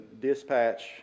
dispatch